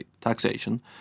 taxation